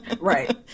Right